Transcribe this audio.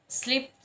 sleep